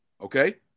okay